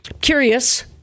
curious